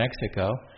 Mexico